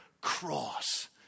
cross